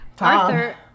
Arthur